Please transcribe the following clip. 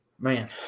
Man